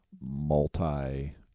multi